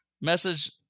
message